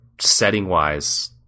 setting-wise